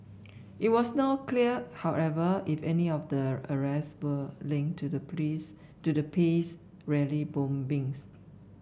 it was not clear however if any of the arrests were linked to the please to the peace rally bombings